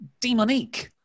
Demonique